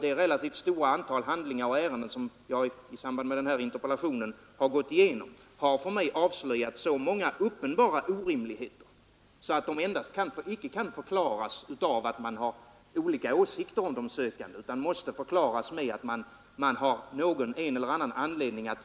Det relativt stora antal handlingar och ärenden, som jag i samband med den här interpellationen har gått igenom, har för mig avslöjat så många uppenbara orimligheter att de icke kan förklaras av att man har olika åsikter om de sökande. Enda förklaringen måste vara att man av en eller annan anledning genom